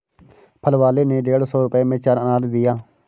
फल वाले ने डेढ़ सौ रुपए में चार अनार दिया